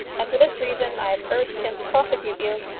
and for this reason i have urged him to prosecute you.